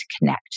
connect